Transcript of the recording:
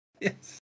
Yes